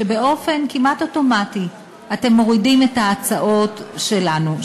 שבאופן כמעט אוטומטי אתם מורידים את ההצעות שלנו,